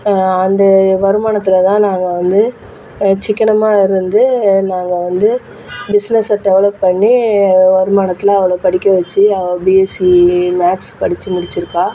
அந்த வருமானத்தில் தான் நாங்கள் வந்து சிக்கனமாக இருந்து நாங்கள் வந்து பிஸ்னஸை டெவலப் பண்ணி வருமானத்தில் அவளை படிக்க வெச்சு அவள் பிஎஸ்சி மேக்ஸ் படிச்சு முடிச்சுருக்கா